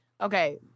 Okay